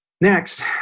Next